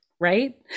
right